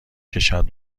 کشد